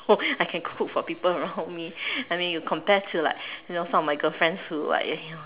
so I can cook for people around me I mean you compare to like you know some of my girlfriends who like you know